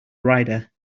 rider